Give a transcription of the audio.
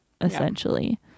essentially